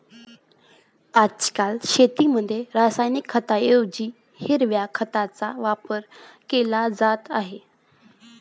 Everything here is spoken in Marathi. आजकाल शेतीमध्ये रासायनिक खतांऐवजी हिरव्या खताचा वापर केला जात आहे